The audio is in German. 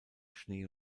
schnee